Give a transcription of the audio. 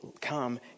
come